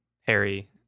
Harry